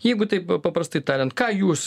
jeigu taip paprastai tariant ką jūs